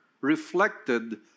reflected